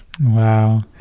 Wow